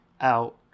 out